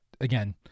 again